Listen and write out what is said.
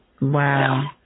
Wow